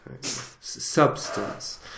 substance